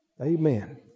Amen